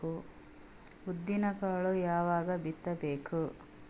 ಉದ್ದಿನಕಾಳು ಯಾವಾಗ ಬಿತ್ತು ಬೇಕು?